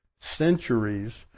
centuries